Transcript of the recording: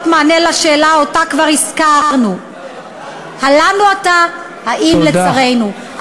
מענה על שאלה שכבר הזכרנו: הלנו אתה אם לצרינו?